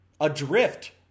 Adrift